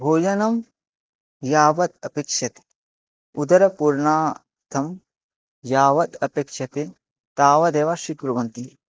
भोजनं यावत् अपेक्षते उदरपूर्णार्थं यावत् अपेक्षते तावदेव स्वीकुर्वन्ति